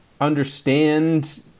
understand